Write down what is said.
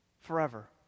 forever